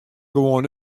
gewoan